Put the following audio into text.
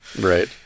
right